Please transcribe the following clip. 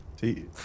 see